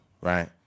right